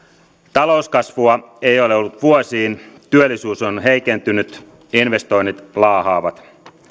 talouskasvua ei ole ollut vuosiin työllisyys on heikentynyt investoinnit laahaavat